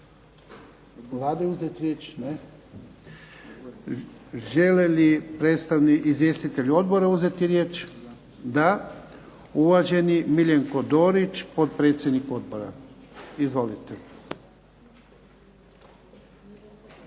Vlade uzeti riječ? Ne. Žele li izvjestitelji odbora uzeti riječ? Da. Uvaženi Miljenko Dorić, potpredsjednik odbora. Izvolite.